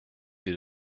did